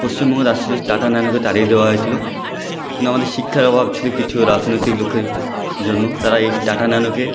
পশ্চিমবঙ্গের আসছিল টাটা ন্যানোকে তাড়িয়ে দেওয়া হয়েছিল কিন্তু আমাদের শিক্ষার অভাব ছিল কিছু রাজনৈতিক লোকের জন্য তারা এই টাটা ন্যানোকে